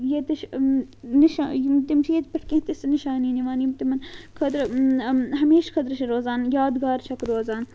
ییٚتِچھ نِشا تِم چھِ ییٚتہِ پٮ۪ٹھ کینٛہہ تہِ نِشٲنی نِوان یِم تِمَن خٲطرٕ ہمیشہٕ خٲطرٕ چھِ روزان یادگار چھَکھ روزان